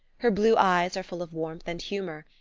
her blue eyes are full of warmth and humour,